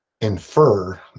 infer